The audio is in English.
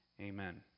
Amen